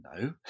no